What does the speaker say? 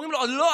אומרים לו: לא,